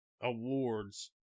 awards